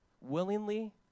willingly